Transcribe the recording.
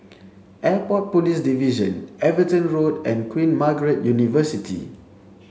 Airport Police Division Everton Road and Queen Margaret University